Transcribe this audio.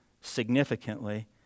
significantly